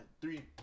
Three